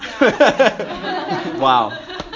Wow